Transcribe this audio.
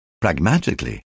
Pragmatically